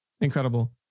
Incredible